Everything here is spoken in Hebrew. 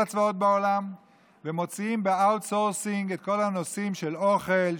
כל הצבאות בעולם מוציאים ב-outsourcing את כל הנושאים של אוכל,